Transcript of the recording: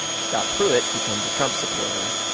scott pruitt becomes a trump supporter,